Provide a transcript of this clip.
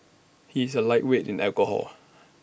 he is A lightweight in alcohol